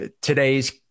today's